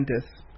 Scientists